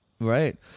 Right